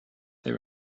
they